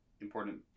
important